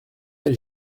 elle